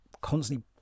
constantly